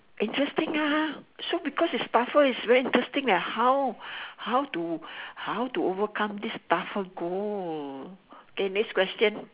interesting ah so because it's partial it's very interesting leh how how to how to overcome this buffer goal eh next question